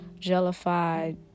jellified